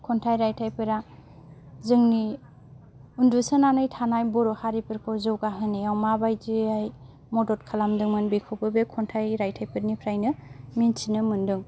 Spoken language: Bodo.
खन्थाइ रायथाइफोरा जोंनि उन्दुसोनानै थानाय बर' हारिफोरखौ जौगाहोनायाव माबायदियै मदद खालामदोंमोन बेखौबो बे खन्थाइ रायथाइफोरनिफ्रायनो मिन्थिनो मोनदों